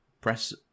press